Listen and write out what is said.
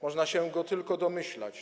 Można się jej tylko domyślać.